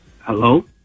hello